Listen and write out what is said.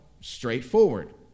straightforward